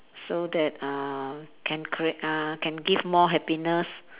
so that uh can create uh can give more happiness